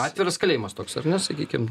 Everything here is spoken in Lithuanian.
atviras kalėjimas toks ar ne sakykim